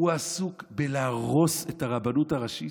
הוא עסוק בלהרוס את הרבנות הראשית,